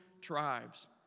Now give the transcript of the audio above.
tribes